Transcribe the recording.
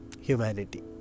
humanity